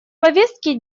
повестки